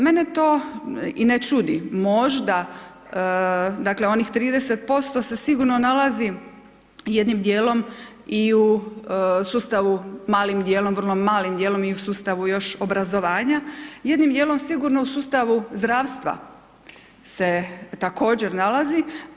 Mene to i ne čudi, možda dakle, onih 30% se sigurno nalazi jedni dijelom i u sustavu, malim dijelom, vrlo malim dijelom i u sustavu još obrazovanja, jednim dijelom, sigurno u sustavu zdravstva se također nalazi.